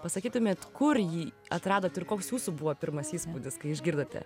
pasakytumėt kur jį atradot ir koks jūsų buvo pirmas įspūdis kai išgirdote